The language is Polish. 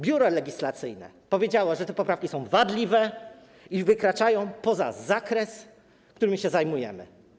Biuro Legislacyjne powiedziało, że te poprawki są wadliwe i wykraczają poza zakres, którym się zajmujemy.